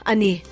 Ani